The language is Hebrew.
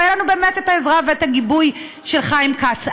והייתה לנו באמת העזרה והגיבוי של חיים כץ.